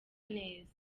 neza